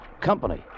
company